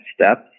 steps